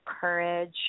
courage